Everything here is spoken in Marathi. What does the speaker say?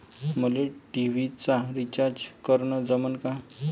मले टी.व्ही चा रिचार्ज करन जमन का?